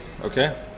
okay